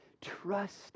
Trust